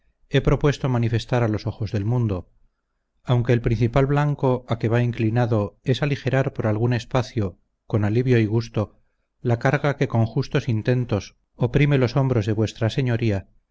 he propuesto manifestar a los ojos del mundo aunque el principal blanco a que va inclinado es aligerar por algún espacio con alivio y gusto la carga que con justos intentos oprime los hombros de